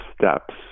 steps